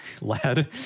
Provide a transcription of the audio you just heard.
Lad